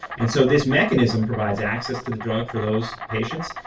and so this mechanism provides access to the drug for those patients,